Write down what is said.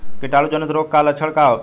कीटाणु जनित रोग के लक्षण का होखे?